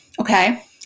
okay